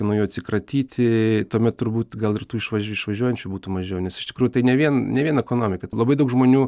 nuo jų atsikratyti tuomet turbūt gal ir tų išvaž išvažiuojančių būtų mažiau nes iš tikrųjų tai ne vien ne vien ekonomika labai daug žmonių